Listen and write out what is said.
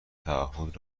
تعهدات